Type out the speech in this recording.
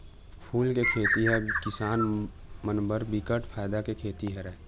फूल के खेती ह किसान मन बर बिकट फायदा के खेती हरय